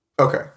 okay